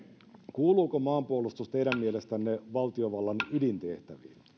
kuuluuko maanpuolustus teidän mielestänne valtiovallan ydintehtäviin